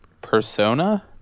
Persona